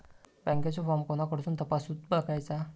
बँकेचो फार्म कोणाकडसून तपासूच बगायचा?